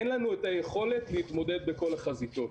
אין לנו את היכולת להתמודד בכל החזיתות.